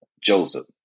Joseph